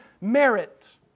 merit